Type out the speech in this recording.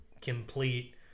complete